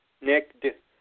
Nick